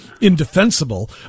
indefensible